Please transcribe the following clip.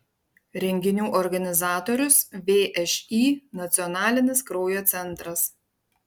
renginių organizatorius všį nacionalinis kraujo centras